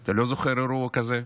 אתה לא זוכר אירוע כזה?